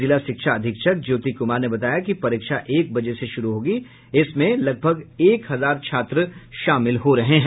जिला शिक्षा अधीक्षक ज्योति कुमार ने बताया कि परीक्षा एक बजे से शुरू होगी इसमें लगभग एक हजार छात्र शामिल हो रहे हैं